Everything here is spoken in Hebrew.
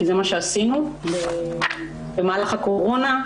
כי זה מה שעשינו במהלך הקורונה.